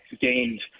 gained